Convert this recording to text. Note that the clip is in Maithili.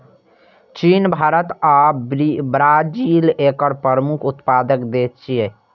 चीन, भारत आ ब्राजील एकर प्रमुख उत्पादक देश छियै